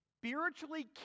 Spiritually